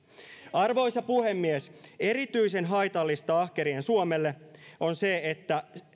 arvoisa puhemies erityisen haitallista ahkerien suomelle on se että